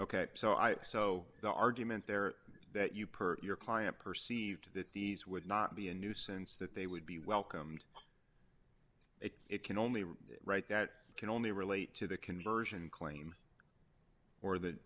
ok so i so the argument there that you purchase your client perceived that these would not be a nuisance that they would be welcomed it can only right that can only relate to the conversion claim or th